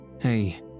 Hey